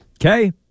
Okay